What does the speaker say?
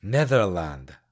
Netherlands